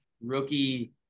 rookie